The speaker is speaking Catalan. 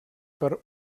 per